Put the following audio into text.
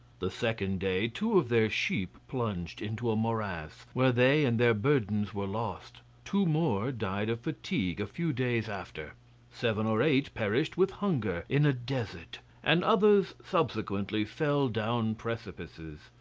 the second day two of their sheep plunged into a morass, where they and their burdens were lost two more died of fatigue a few days after seven or eight perished with hunger in a desert and others subsequently fell down precipices.